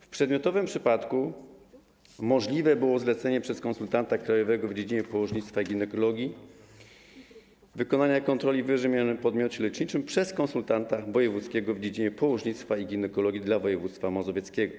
W przedmiotowym przypadku możliwe było zlecenie przez konsultanta krajowego w dziedzinie położnictwa i ginekologii wykonania kontroli w ww. podmiocie leczniczym przez konsultanta wojewódzkiego w dziedzinie położnictwa i ginekologii dla województwa mazowieckiego.